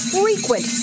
frequent